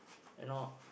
you know